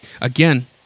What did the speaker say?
Again